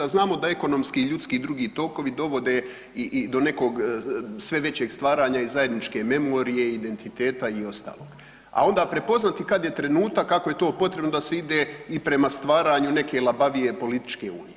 Znamo da ekonomski i ljudski i drugi tokovi dovode i do nekog sve većeg stvaranja i zajedničke memorije i identiteta i ostalo, a onda prepoznati kad je trenutak ako je to potrebno i da se ide prema stvaranju neke labavije političke unije.